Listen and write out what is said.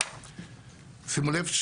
שימו לב,